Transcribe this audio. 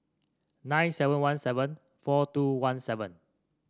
nine seven one seven four two one seven